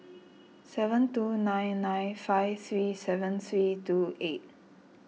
seven two nine nine five three seven three two eight